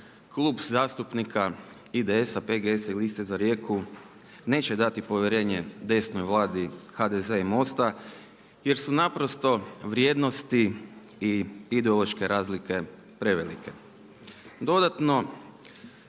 Klub zastupnika IDS-a, PGS-a i liste za Rijeku neće dati povjerenje desnoj Vladi HDZ i MOST-a jer su naprosto vrijednosti i ideološke razlike prevelike. Dodatno